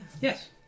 Yes